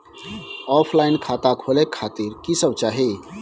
Offline खाता खोले खातिर की सब चाही?